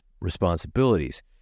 responsibilities